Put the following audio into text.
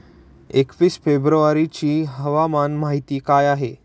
एकवीस फेब्रुवारीची हवामान माहिती आहे का?